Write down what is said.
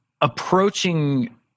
Approaching